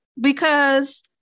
Because-